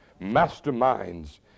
masterminds